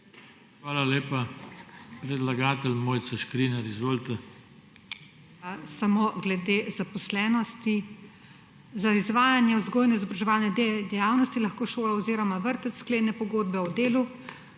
Hvala lepa. Predlagatelj. Mojca Škrinjar, izvolite.